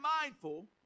mindful